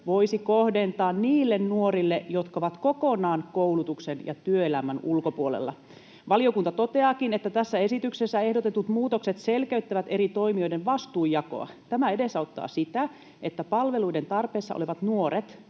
voisi kohdentaa niille nuorille, jotka ovat kokonaan koulutuksen ja työelämän ulkopuolella. Valiokunta toteaakin, että tässä esityksessä ehdotetut muutokset selkeyttävät eri toimijoiden vastuunjakoa. Tämä edesauttaa sitä, että palveluiden tarpeessa olevat nuoret